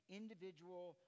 individual